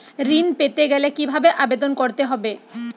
ঋণ পেতে গেলে কিভাবে আবেদন করতে হবে?